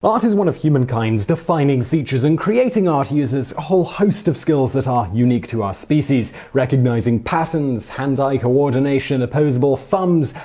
art is one of humankinds? defining features, and creating art uses a whole host of skills that are unique to our species recognizing patterns, hand-eye-coordination, opposable thumbs,